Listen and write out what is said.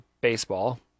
baseball